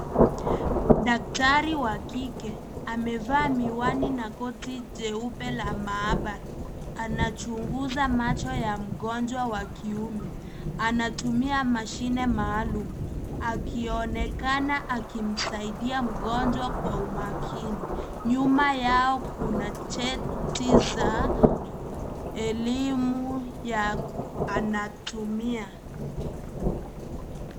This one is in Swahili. Daktari wa kike amavaa miwani na koti jeupe la maabara anachunguza macho ya mgonjwa wa kiume ,anatumia mashine maalum akionekana akimsaidia mgonjwa kwa imakini nyuma yao kuna cheti za elimu ya anatumia.